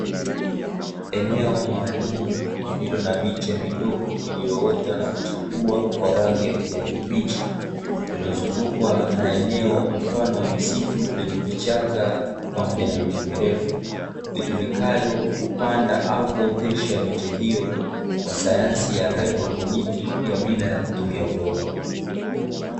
Eneo maalumu lililo na miche midogo iliyoota na kuchipua kwa rangi ya kijani kibichi, lililozungukwa na eneo mfano wa misitu lenye vichaka pamoja na miti mirefu, litumikalo kupanda au kuotesha miti hiyo, kwa sayansi ya "haidroponiki" ya bila ya kutumia udongo.